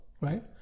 right